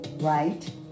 right